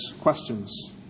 questions